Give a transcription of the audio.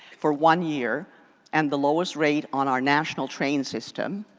for one year and the lowest rate on our national train system.